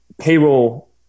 payroll